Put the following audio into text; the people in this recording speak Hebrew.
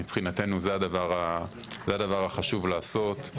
מבחינתנו זה הדבר החשוב לעשות.